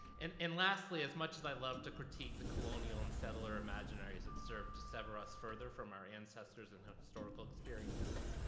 and, and lastly, as much as i love to critique the colonial and settlor imaginaries that served to sever us further from our ancestors and historical experiences.